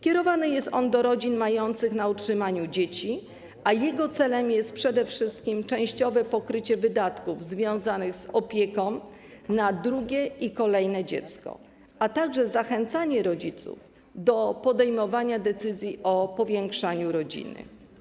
Kierowany jest on do rodzin mających na utrzymaniu dzieci, a jego celem jest przede wszystkim częściowe pokrycie wydatków związanych z opieką na drugie i kolejne dziecko, a także zachęcanie rodziców do podejmowania decyzji o powiększaniu rodziny.